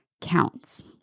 counts